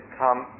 come